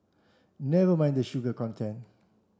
never mind the sugar content